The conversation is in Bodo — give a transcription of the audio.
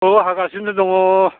औ हागासिनो दङ